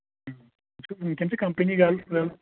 وٕنکین چھِ کِمپنی